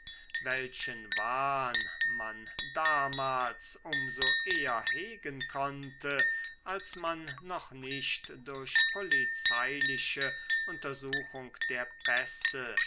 welchen wahn man damals um so eher hegen konnte als man noch nicht durch polizeiliche untersuchung der pässe